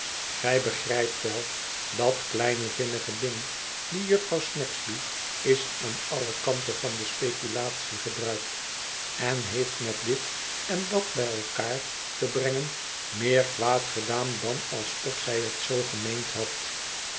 gij begrijpt wel dat kleine vinnige ding die jufvrouw snagsby is aan alle kanten van de speculatie gebruikt en heeft met dit en dat bij elkaar te brengen meer kwaad gedaan dan alsof zij het zoo gemeend had